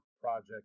Project